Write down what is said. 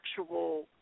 actual